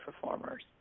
performers